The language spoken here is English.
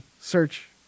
search